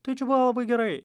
tai čia buvo labai gerai